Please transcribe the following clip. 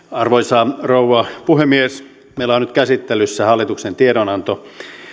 arvoisa rouva puhemies meillä on nyt käsittelyssä hallituksen tiedonanto